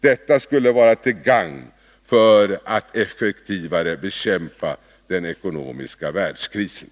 Detta skulle vara till gagn för att effektivare bekämpa den ekonomiska världskrisen.